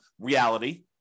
reality